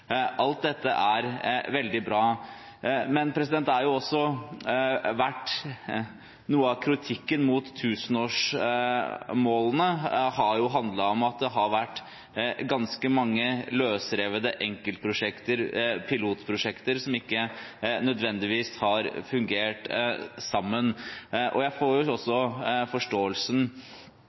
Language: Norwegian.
Alt dette er veldig bra. Men noe av det kritikken mot tusenårsmålene har handlet om, er at det har vært ganske mange løsrevne enkeltprosjekter og pilotprosjekter som ikke nødvendigvis har fungert sammen. Jeg får